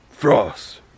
Frost